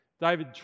David